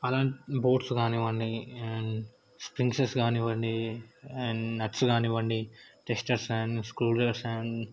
అలా బోల్ట్స్ కానివ్వండి and springs కానివ్వండి అండ్ నట్స్ కానివ్వండి testers and screw drivers and